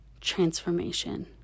transformation